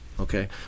okay